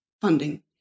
funding